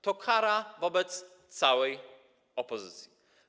To kara wobec całej opozycji.